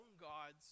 gods